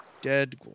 Dead